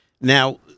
Now